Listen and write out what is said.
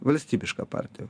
valstybišką partiją